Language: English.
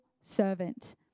servant